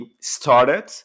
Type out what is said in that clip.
started